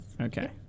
Okay